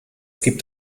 gibt